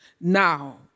Now